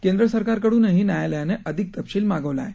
केंद्र सरकारकडूनही न्यायालयानं अधिक तपशील मागवला आहे